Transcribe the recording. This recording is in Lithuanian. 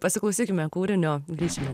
pasiklausykime kūrinio grįšim